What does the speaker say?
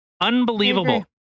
Unbelievable